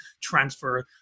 transfer